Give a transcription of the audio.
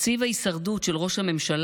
תקציב ההישרדות של ראש הממשלה,